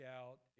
out